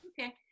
Okay